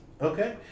Okay